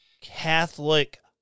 Catholic